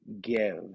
give